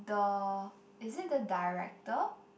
the is it the director